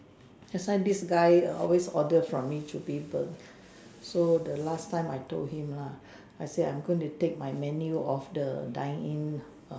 that's why this guy err always order from me chu-bee-png so the last time I told him lah I say I'm gonna take my menu off the dine in